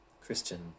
Christian